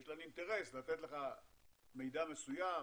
יש להן אינטרס לתת לך מידע מסוים,